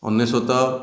ଅନେଶ୍ଵତ